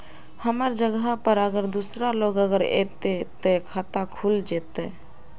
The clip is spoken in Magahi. हमर जगह पर अगर दूसरा लोग अगर ऐते ते खाता खुल जते?